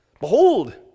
Behold